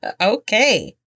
Okay